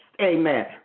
Amen